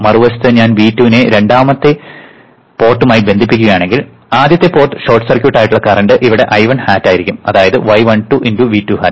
മറുവശത്ത് ഞാൻ V2 നെ രണ്ടാമത്തെ പോർട്ടുമായി ബന്ധിപ്പിക്കുകയാണെങ്കിൽ ആദ്യത്തെ പോർട്ട് ഷോർട്ട് സർക്യൂട്ട് ആയിട്ടുള്ള കറന്റ് ഇവിടെ I1 hat ആയിരിക്കും അതായത് y12 × V2 hat